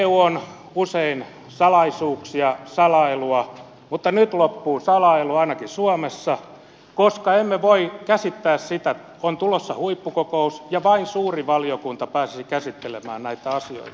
eu on usein salaisuuksia salailua mutta nyt loppuu salailu ainakin suomessa koska emme voi käsittää sitä että on tulossa huippukokous ja vain suuri valiokunta pääsisi käsittelemään näitä asioita